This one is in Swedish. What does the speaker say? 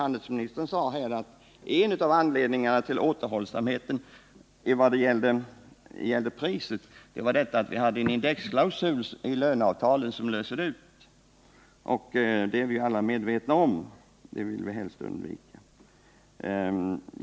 Handelsministern sade att en av anledningarna till återhållsamheten vad gällde prishöjningarna var det förhållandet att vi har en indexklausul i löneavtalet, som kan lösas ut. Vi är alla medvetna om det, och det vill vi helst undvika.